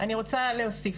אני רוצה להוסיף,